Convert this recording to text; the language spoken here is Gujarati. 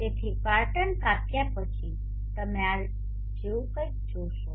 તેથી ક્વાર્ટર કાપ્યા પછી તમે આના જેવું કંઈક જોશો